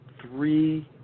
three